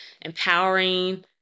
empowering